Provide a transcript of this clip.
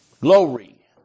Glory